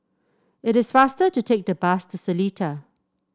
it is faster to take the bus to Seletar